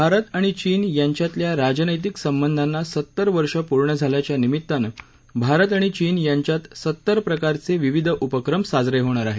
भारत आणि चीन यांच्यातल्या राजनैतिक संबंधांना सत्तर वर्ष पूर्ण झाल्याच्या निमित्तानं भारत आणि चीन यांच्यात सत्तर प्रकारचे विविध उपक्रम साजरे होणार आहेत